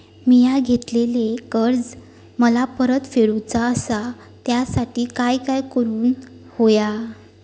मिया घेतलेले कर्ज मला परत फेडूचा असा त्यासाठी काय काय करून होया?